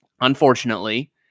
Unfortunately